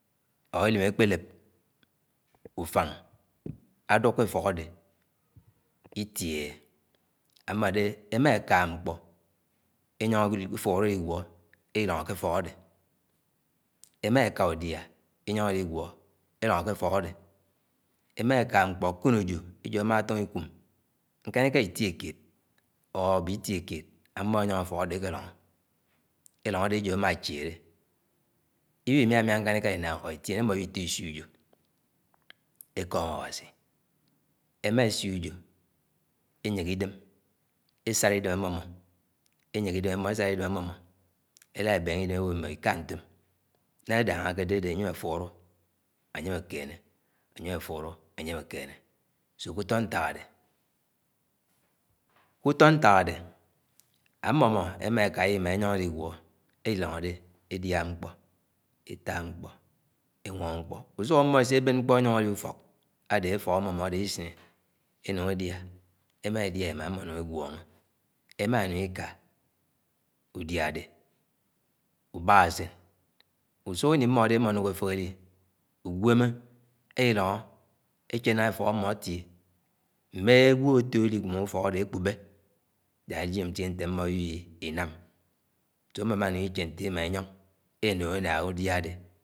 Mbáak élim akpéled úfáng ádúkọ efọk édé itie. Ammode émá éka. nkpọ eñyọnọ enung efulo eguo elilóngo ké efọk ade emaka udia éngoño eligúo élõñgo ké efọk ade. Emáká mkpo o/wnejo-ejo amatónó ìkúm ñkanká itiokéed abe itiokéed ámó ényoñgo úfọk ade ékéloñgo. Eloñgode ejo ama achielé, iutimiamia nkanika ináng ition ámó ewi itósio ùjo ekom Awasi emasia ujo. Emasio ujo enyehe idem esara idem ámmọmo elá ebénge idem ewo iwiká ntoom. Ñañga-kede ade anyem áfọlo añyém akeñe kuto nták adé ammóno emãkãya imá inyóngo eliguo elilóngode edia mkpk. Úsúk ámmo eseben mkpo eñyóngo eli efok adé efok amomode elisiné enung edia emádia imaa amo enung enyóngo. Ema eka údia ubakúsen. Usúkini mmode mmo enúngo efehs eli unweme elilòñgo eche nanga efok amo atie mme agwo atólimum úfok ade akpubé yak enyien nte mmo éwi inám ámmo emáhche ntele imáa inyong énúngo édánga údia ádé